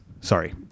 sorry